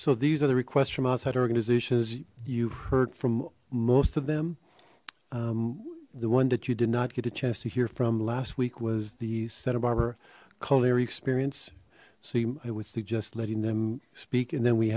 so these are the requests from outside organizations you've heard from most of them the one that you did not get a chance to hear from last week was the santa barbara culinary experience so i would suggest letting them speak and then we